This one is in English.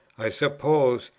i suppose,